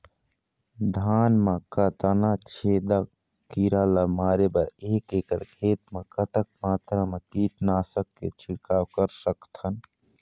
धान मा कतना छेदक कीरा ला मारे बर एक एकड़ खेत मा कतक मात्रा मा कीट नासक के छिड़काव कर सकथन?